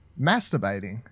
masturbating